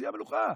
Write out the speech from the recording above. שיא המלוכה,